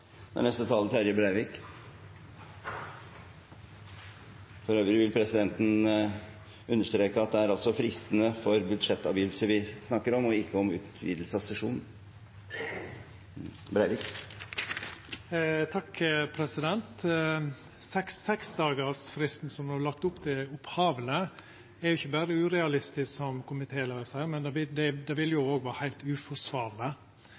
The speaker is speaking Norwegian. For øvrig vil presidenten understreke at det er fristene for budsjettavgivelse vi snakker om – ikke utvidelse av sesjonen. Seksdagarsfristen som det var lagt opp til opphavleg, er ikkje berre urealistisk, som komitéleiaren seier, men det vil òg vera heilt uforsvarleg. Det